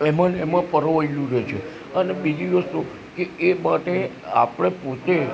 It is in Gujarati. એમાં ને એમાં પરોવાયેલું રહે છે અને બીજી વસ્તુ કે એ માટે આપણે પોતે